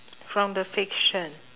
from the fiction